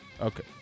Okay